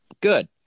Good